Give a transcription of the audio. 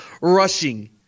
rushing